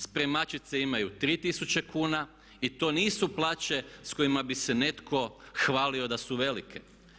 Spremačice imaju 3000 kuna i to nisu plaće s kojima bi se netko hvalio da su velike.